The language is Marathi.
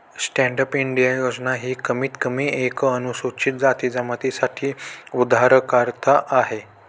स्टैंडअप इंडिया योजना ही कमीत कमी एक अनुसूचित जाती जमाती साठी उधारकर्ता आहे